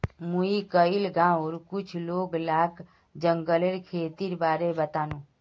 मुई कइल गांउर कुछ लोग लाक जंगलेर खेतीर बारे बतानु